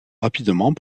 rapidement